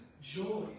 joy